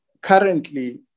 currently